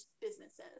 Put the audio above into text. businesses